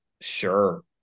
sure